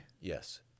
Yes